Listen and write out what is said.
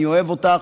אני אוהב אותך,